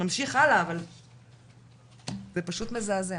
ממשיך הלאה, אבל זה פשוט מזעזע.